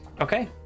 Okay